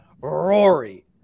Rory